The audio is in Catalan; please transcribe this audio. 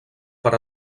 per